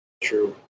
True